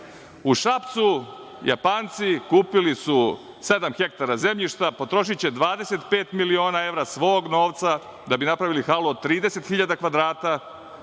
U Šapcu su Japanci kupili sedam hektara zemljišta, potrošiće 25 miliona evra svog novca da bi napravili halu od 30.000 kvadrata.